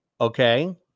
Okay